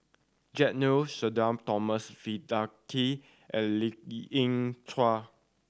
Jack Neo Sudhir Thomas Vadaketh and Lien Ying Chow